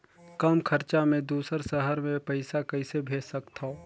कम खरचा मे दुसर शहर मे पईसा कइसे भेज सकथव?